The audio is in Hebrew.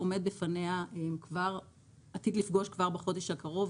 עומד בפניה ועתיד לפגוש כבר בחודש הקרוב.